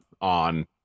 on